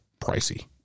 pricey